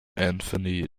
anthony